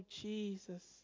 jesus